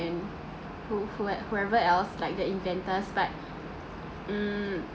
and who whoer~ whoever else like the injentas but mm